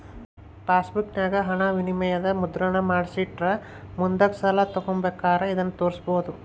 ಪಾಸ್ಬುಕ್ಕಿನಾಗ ಹಣವಿನಿಮಯದ ಮುದ್ರಣಾನ ಮಾಡಿಸಿಟ್ರ ಮುಂದುಕ್ ಸಾಲ ತಾಂಬಕಾರ ಇದನ್ನು ತೋರ್ಸ್ಬೋದು